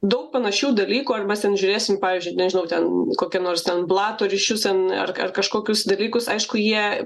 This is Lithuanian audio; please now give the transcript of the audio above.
daug panašių dalykų ar mes ten žiūrėsim pavyzdžiui nežinau ten kokią nors ten blato ryšius ten ar ar kažkokius dalykus aišku jie